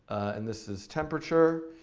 and this is temperature.